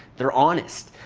they are honest.